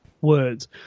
words